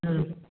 ம்